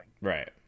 Right